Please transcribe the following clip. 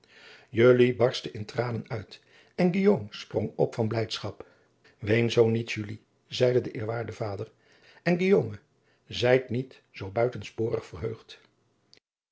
barstte in tranen uit en guillaume sprong op van blijdschap ween zoo niet julie zeide de eerwaardige vader en guillaume zijc niet zoo buitensporig verheugd